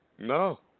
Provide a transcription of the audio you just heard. No